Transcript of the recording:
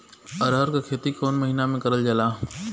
अरहर क खेती कवन महिना मे करल जाला?